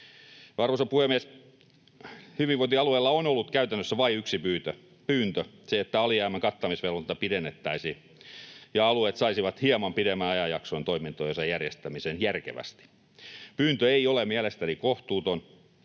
Arvoisa puhemies! Hyvinvointialueilla on ollut käytännössä vain yksi pyyntö: se, että alijäämän kattamisvelvoitetta pidennettäisiin ja alueet saisivat hieman pidemmän ajanjakson toimintojensa järjestämiseen järkevästi. Pyyntö ei ole mielestäni kohtuuton.